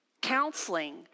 counseling